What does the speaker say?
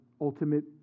ultimate